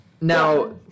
Now